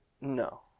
No